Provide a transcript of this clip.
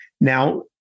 Now